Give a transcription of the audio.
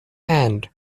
and